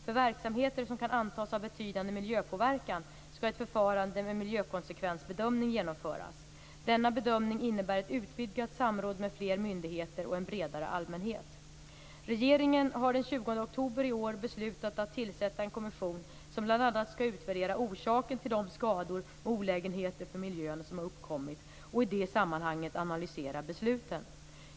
För verksamheter som kan antas ha betydande miljöpåverkan skall ett förfarande med miljökonsekvensbedömning genomföras. Denna bedömning innebär ett utvidgat samråd med fler myndigheter och en bredare allmänhet. Regeringen har den 20 oktober i år beslutat att tillsätta en kommission som bl.a. skall utvärdera orsaken till de skador och olägenheter för miljön som har uppkommit och i det sammanhanget analysera besluten.